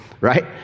right